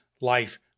Life